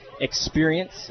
experience